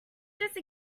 just